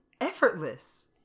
effortless